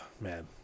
man